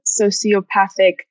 sociopathic